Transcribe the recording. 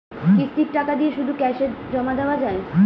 কিস্তির টাকা দিয়ে শুধু ক্যাসে জমা দেওয়া যায়?